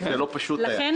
זה לא היה פשוט שם.